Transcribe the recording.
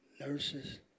Nurses